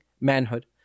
manhood